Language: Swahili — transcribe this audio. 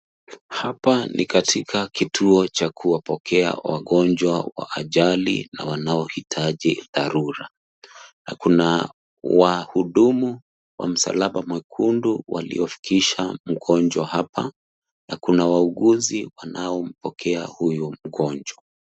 Hapa ni katika kituo cha kuwapokea wagonjwa wa ajali na wanaoitaji dharura ,na kuna wahudumu wa msalaba mwekundu waliofikisha mgonjwa hapa na wauguzi wanaopokea huyu mgonjwa.